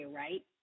right